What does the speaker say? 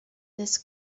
this